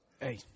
Hey